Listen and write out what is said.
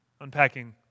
unpacking